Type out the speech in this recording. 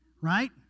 Right